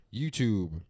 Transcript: YouTube